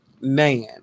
man